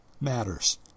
matters